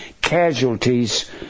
casualties